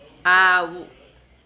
ah would